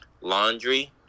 Laundry